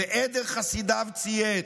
ועדר חסידיו ציית.